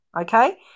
Okay